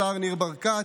השר ניר ברקת,